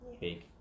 big